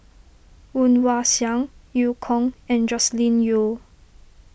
Woon Wah Siang Eu Kong and Joscelin Yeo